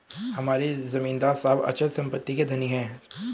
हमारे जमींदार साहब अचल संपत्ति के धनी हैं